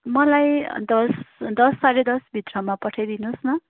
मलाई दस दस साँढे दसभित्रमा पठाइदिनुस् न